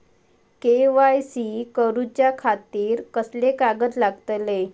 KYC करूच्या खातिर कसले कागद लागतले?